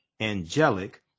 angelic